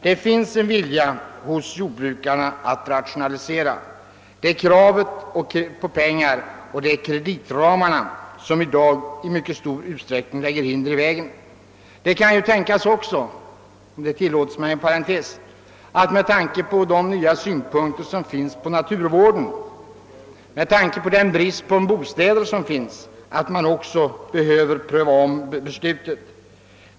Det finns en vilja hos jordbrukarna att rationalisera. Det är kravet på pengar, och det är kreditramarna som i dag i mycket stor utsträckning lägger hinder i vägen. Om det tillåts mig att här göra en parentes, vill jag säga att det ju också kan tänkas att man, med tanke på de nya synpunkter som anläggs på naturvården och den brist på bostäder som råder, behöver ompröva beslutet.